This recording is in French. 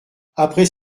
après